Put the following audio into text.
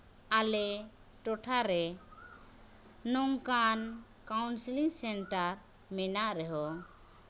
ᱟᱞᱮ ᱴᱚᱴᱷᱟ ᱨᱮ ᱱᱚᱝᱠᱟᱱ ᱠᱟᱣᱩᱱᱥᱤᱞᱤᱝ ᱥᱮᱱᱴᱟᱨ ᱢᱮᱱᱟᱜ ᱨᱮᱦᱚᱸ